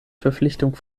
verpflichtung